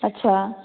अच्छा